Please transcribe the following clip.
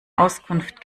auskunft